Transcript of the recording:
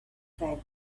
came